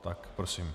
Tak, prosím.